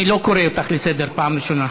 אני לא קורא אותךְ לסדר פעם ראשונה.